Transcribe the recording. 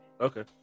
Okay